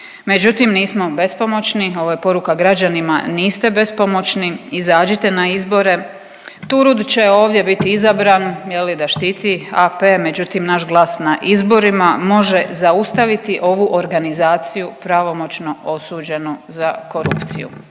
Međutim, nismo bespomoćni, ovo je poruka građanima niste bespomoćni, izađite na izbore. Turudić će ovdje biti izabran je li da štiti AP, međutim naš glas na izborima može zaustaviti ovu organizaciju pravomoćno osuđenu za korupciju